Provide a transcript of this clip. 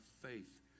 faith